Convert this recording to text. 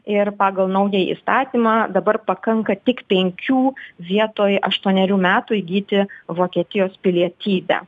ir pagal naują įstatymą dabar pakanka tik penkių vietoj aštuonerių metų įgyti vokietijos pilietybę